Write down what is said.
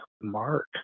mark